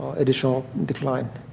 additional decline.